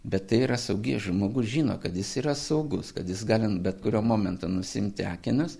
bet tai yra saugi žmogus žino kad jis yra saugus kad jis gali bet kuriuo momentu nusiimti akinius